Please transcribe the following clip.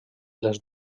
les